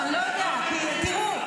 לא, לא, זה ללא עלות תקציבית.